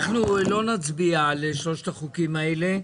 אנחנו לא נצביע על שלושת החוקים האלה.